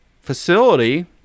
facility